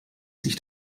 sich